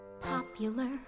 Popular